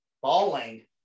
falling